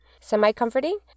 semi-comforting